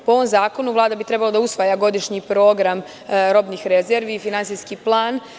Po ovom zakonu Vlada bi trebalo da usvaja godišnji program robnih rezervi, finansijski plan.